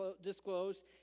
disclosed